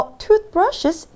toothbrushes